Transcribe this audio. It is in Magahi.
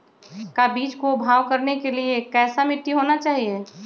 का बीज को भाव करने के लिए कैसा मिट्टी होना चाहिए?